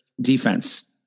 defense